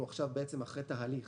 אנחנו עכשיו אחרי תהליך